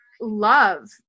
love